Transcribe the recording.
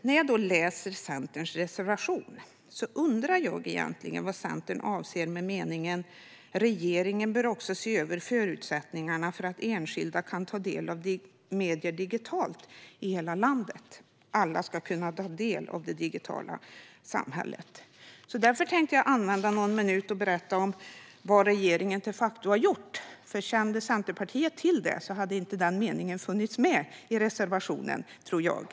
När jag läser Centerns reservation undrar jag vad Centern egentligen avser med meningen: "Regeringen bör också se över förutsättningarna för enskilda att ta del av medier digitalt i hela landet. Alla ska kunna ta del av det digitala samhället." Jag tänkte därför använda någon minut till att berätta vad regeringen de facto har gjort. Om Centern hade känt till det tror jag inte att meningen hade funnits med i reservationen.